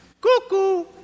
Cuckoo